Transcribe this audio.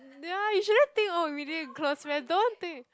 ya you shouldn't think oh really have close friend don't think